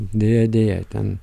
deja deja ten